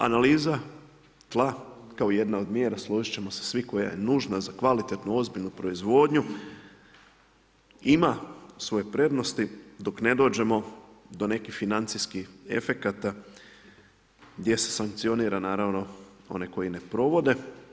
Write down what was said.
Analiza tla kao jedna od mjera, složit ćemo se svi, koja je nužna za kvalitetnu ozbiljnu proizvodnju ima svoje prednosti dok ne dođemo do nekih financijskih efekata gdje se sankcionira one koji ne provode.